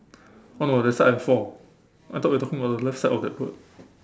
oh no that side I have four I thought we're talking about the left side of that bird